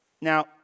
Now